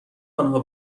آنها